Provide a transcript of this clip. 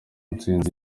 ntsinzi